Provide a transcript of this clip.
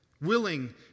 willing